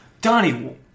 Donnie